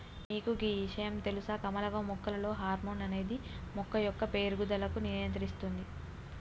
మీకు గీ ఇషయాం తెలుస కమలవ్వ మొక్కలలో హార్మోన్ అనేది మొక్క యొక్క పేరుగుదలకు నియంత్రిస్తుంది